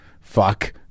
fuck